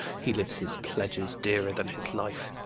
he leaves his pledges dearer than his life.